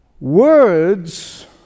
Words